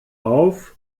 auf